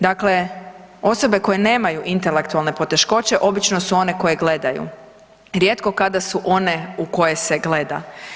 Dakle, osobe koje nemaju intelektualne poteškoće obično su one koje gledaju, rijetko kada su one u koje se gleda.